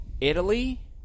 italy